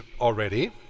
already